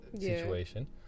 situation